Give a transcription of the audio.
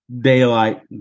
daylight